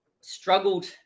Struggled